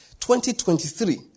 2023